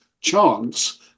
chance